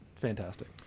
fantastic